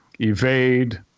evade